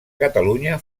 catalunya